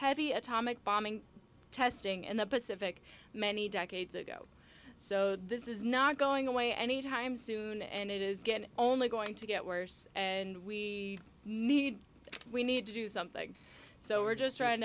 heavy atomic bombing testing in the pacific many decades ago so this is not going away any time soon and it is again only going to get worse and we need we need to do something so we're just trying